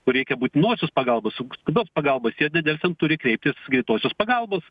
kur reikia būtinosios pagalbos skubios pagalbos jie nedelsiant turi kreiptis greitosios pagalbos